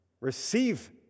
receive